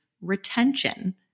retention